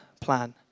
plan